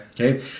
Okay